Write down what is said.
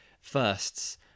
firsts